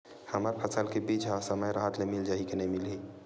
हमर फसल के बीज ह समय राहत ले मिल जाही के नी मिलही?